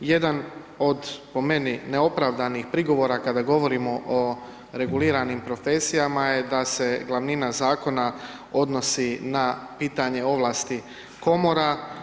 Jedan od, po meni neopravdanih prigovora kada govorimo o reguliranim profesijama je da se glavnina zakona odnosi na pitanje ovlasti komora.